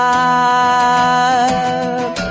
up